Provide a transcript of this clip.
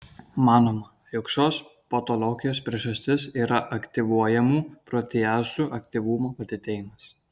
manoma jog šios patologijos priežastis yra aktyvuojamų proteazių aktyvumo padidėjimas